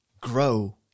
grow